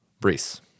Brees